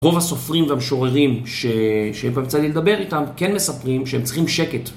רוב הסופרים והמשוררים שאי פעם יצא לי לדבר איתם, כן מספרים שהם צריכים שקט.